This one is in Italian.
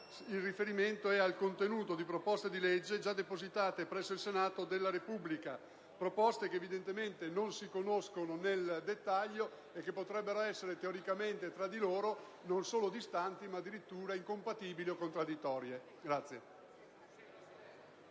in particolare, al contenuto di proposte di legge già depositate presso il Senato della Repubblica, proposte che evidentemente non si conoscono nel dettaglio e che potrebbero essere teoricamente tra di loro, non solo distanti, ma addirittura incompatibili o contraddittorie.